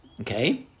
Okay